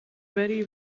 very